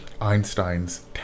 Einstein's